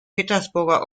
petersburger